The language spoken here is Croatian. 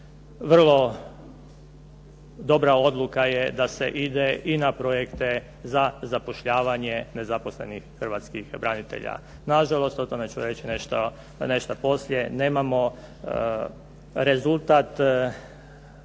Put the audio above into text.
Vrlo dobra odluka je da se ide i na projekte za zapošljavanje nezaposlenih hrvatskih branitelja. Na žalost o tome ću reći nešto poslije. Nemamo rezultat